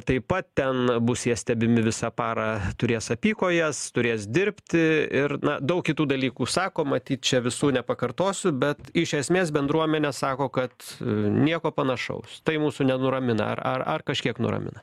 taip pat ten bus jie stebimi visą parą turės apykojes turės dirbti ir na daug kitų dalykų sakoma tai čia visų nepakartosiu bet iš esmės bendruomenė sako kad nieko panašaus tai mūsų nenuramina ar ar ar kažkiek nuramina